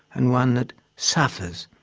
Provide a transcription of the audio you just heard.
and one that suffers,